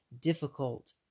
Difficult